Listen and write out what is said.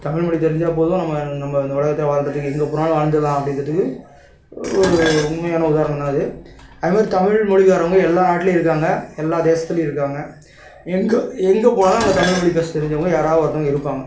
தமிழ் மொழி தெரிஞ்சால் போதும் நம்ம நம்ம இந்த உலகத்தில் வாழறதுக்கு எங்கே போனாலும் வாழ்ந்துடலாம் அப்படின்றதுக்கு ஒரு உண்மையான உதாரணம் தான் அது அது மாதிரி தமிழ் மொழிக்காரங்க எல்லா நாட்டுலேயும் இருக்காங்க எல்லா தேசத்துலேயும் இருக்காங்க எங்கே எங்கே போனாலும் அங்கே தமிழ் மொழி பேசத்தெரிஞ்சவங்க யாராவது ஒருத்தங்க இருப்பாங்க